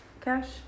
Cash